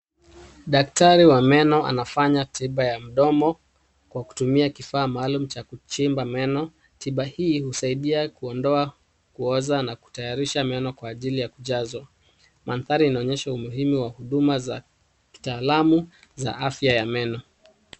Daktari wa meno anafanya tiba ya mdomo kwa kutumia kifaa maalum cha kuchimba meno. Tiba hii husaidia kuondoa kuoza na kutayarisha meno kwa ajili ya kujazwa. Mandhari inaonyesha umuhimu wa huduma za kitaalamu za afya ya meno.